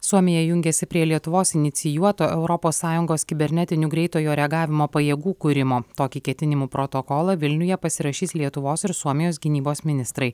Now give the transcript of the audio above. suomija jungiasi prie lietuvos inicijuoto europos sąjungos kibernetinių greitojo reagavimo pajėgų kūrimo tokį ketinimų protokolą vilniuje pasirašys lietuvos ir suomijos gynybos ministrai